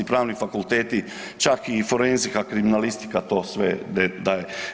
Pravni fakulteti, čak i forenzika, kriminalistika to sve daje.